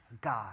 God